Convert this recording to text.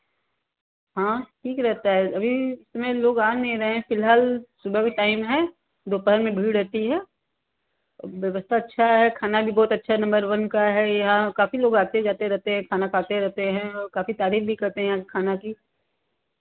हाँ ठीक रहता है अभी में लोग आ नहीं रहे हैं फ़िलहाल सुबह का टाइम है दोपहर में भीड़ रहती है व्यवस्था अच्छा है खाना भी बहुत अच्छा नंबर वन का है यहाँ काफ़ी लोग आते जाते रहते हैं खाना खाते रहते हैं और काफ़ी तारीफ़ भी करते हैं खाना की